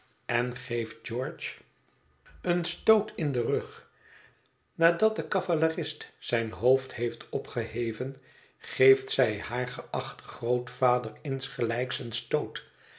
en geeft george een stoot in den rug nadat de cavalerist zijn hoofd heeft opgeheven geeft zij haar geachten grootvader insgelijks een stoot